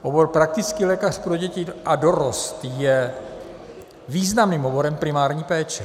Obor praktický lékař pro děti a dorost je významným oborem primární péče.